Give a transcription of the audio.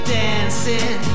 dancing